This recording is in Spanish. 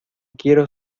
quiero